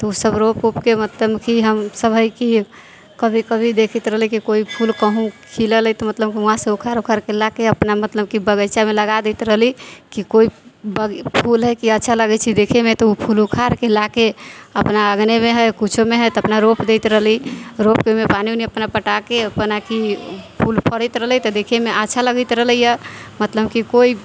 तऽ ओसभ रोप उपके मतलब हमसभ हइ कि कभी कभी देखैत रहली कि कोइ फूल कहुँ खिलल हइ मतलब हुआँसँ उखाड़ उखाड़के ला के अपना मतलब कि बगीचामे लगा दैत रहली कि कोइ ब फूल हइ कि अच्छा लगैत छै देखयमे तऽ ओ फूल उखाड़ि के ला के अपना अङ्गनेमे हइ किछोमे हइ तऽ अपना रोपि दैत रहली रोपि कऽ ओहिमे पानी उनी अपना पटाके अपन आखी फूल फरैत रहलै तऽ देखयमे अच्छा लागैत रहलैए मतलब कि कोइ